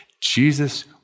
Jesus